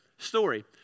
story